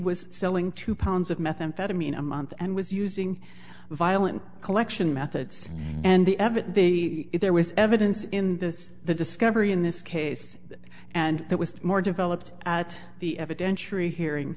was selling two pounds of methamphetamine a month and was using violent collection methods and the evidence there was evidence in this the discovery in this case and that was more developed at the evidence tree hearing